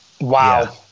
wow